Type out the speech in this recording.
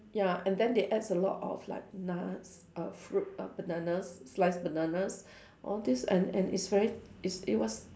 ya and then they adds a lot of like nuts uh fruit uh bananas sliced bananas all this and and it's very it's it was